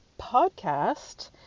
podcast